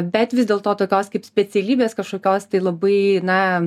bet vis dėlto tokios kaip specialybės kažkokios tai labai na